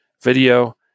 video